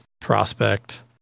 prospect